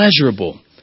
pleasurable